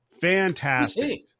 Fantastic